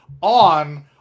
on